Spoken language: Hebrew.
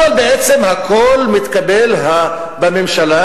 אבל בעצם הכול מתקבל בממשלה,